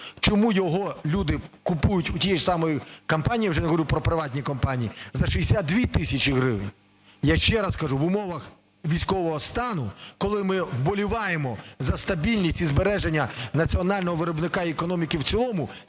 чому його люди купують у тієї ж самої компанії, я вже не говорю про приватні компанії, за 62 тисячі гривень. Я ще раз кажу, в умовах військового стану, коли ми вболіваємо за стабільність і збереження національного виробника й економіки в цілому,